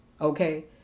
Okay